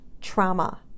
trauma